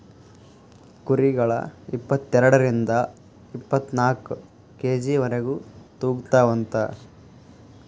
ಕುರಿಗಳ ಇಪ್ಪತೆರಡರಿಂದ ಇಪ್ಪತ್ತನಾಕ ಕೆ.ಜಿ ವರೆಗು ತೂಗತಾವಂತ